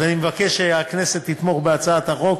אני מבקש שהכנסת תתמוך בהצעת החוק.